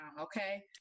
Okay